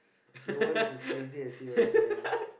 no one is as crazy as you I swear